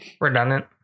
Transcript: Redundant